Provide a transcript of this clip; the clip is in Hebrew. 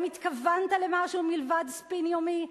האם התכוונת למשהו מלבד ספין יומי?